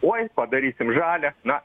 oi padarysim žalią na